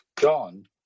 John